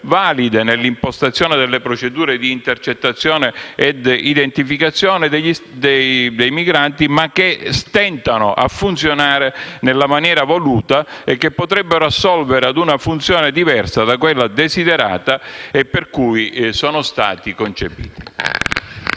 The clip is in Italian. valide nell'impostazione delle procedure di intercettazione ed identificazione dei migranti, ma che stentano a funzionare nella maniera voluta e che potrebbero assolvere a una funzione diversa da quella desiderata e per cui sono stati concepiti.